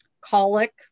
colic